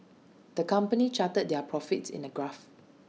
the company charted their profits in A graph